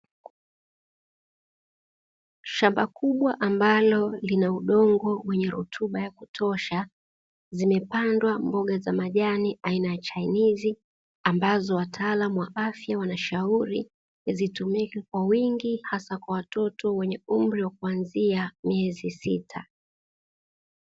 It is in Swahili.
Shamba kubwa ambalo lina udongo wenye rutuba ya kutosha zimepandwa mboga za majani aina ya chainizi, ambazo wataalamu wa afya wanashauri zitumike kwa wingi hasa kwa watoto wenye umri wa kuanzia miezi sita.